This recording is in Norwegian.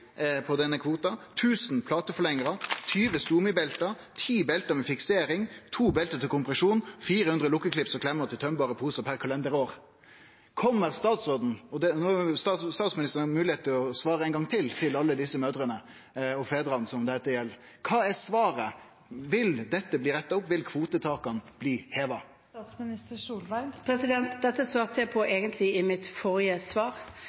20 stomibelte, 10 belte med fiksering, 2 belte til kompresjon, 400 lukkeklips og klemmer til tømbar pose per kalenderår. Eg vil gi statsministeren moglegheit til å svare alle desse mødrene og fedrane som dette gjeld, ein gong til: Kva er svaret? Vil dette bli retta opp, vil kvotetaka bli heva? Dette svarte jeg på i mitt forrige svar.